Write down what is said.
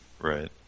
Right